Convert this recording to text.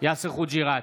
יאסר חוג'יראת,